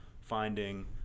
finding